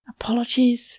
Apologies